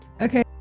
Okay